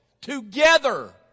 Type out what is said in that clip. together